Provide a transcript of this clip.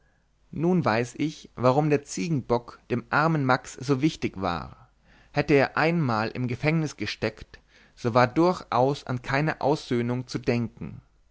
nun weiß ich warum der ziegenbock dem armen max so wichtig war hätte er einmal im gefängnis gesteckt so war durchaus an keine aussöhnung zu denken